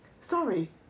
Sorry